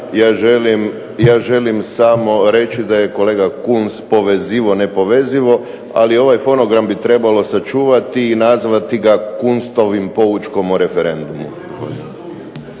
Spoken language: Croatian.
Ja želim samo reći da je kolega Kunst povezivao nepovezivo. Ali ovaj fonogram bi trebalo sačuvati i nazvati Kunstovim poučkom o referendumu.